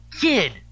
kid